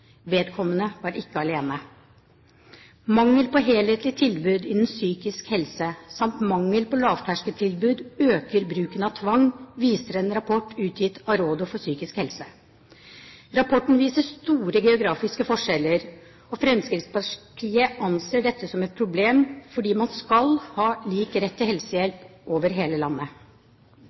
Vedkommende var ikke alene. Mangel på helhetlig tilbud innen psykisk helse samt mangel på lavterskeltilbud øker bruken av tvang, viser en rapport utgitt av Rådet for psykisk helse. Rapporten viser store geografiske forskjeller, og Fremskrittspartiet anser dette som et problem fordi man skal ha lik rett til helsehjelp over hele landet.